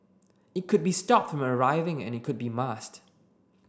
it could be stopped from arriving and it could be masked